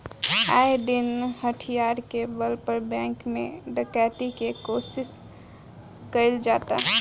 आये दिन हथियार के बल पर बैंक में डकैती के कोशिश कईल जाता